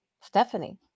Stephanie